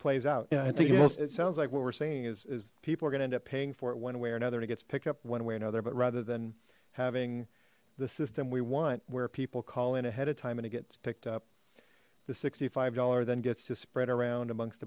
plays out yeah i think it sounds like what we're saying is is people are gonna end up paying for it one way or another and it gets picked up one way no there but rather than having the system we want where people call in ahead of time and it gets picked up the sixty five dollars then gets to spread around amongst